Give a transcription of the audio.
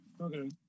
Okay